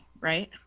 right